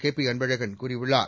கேபிஅள்பழகன் கூறியுள்ளார்